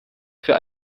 für